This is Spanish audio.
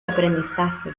aprendizaje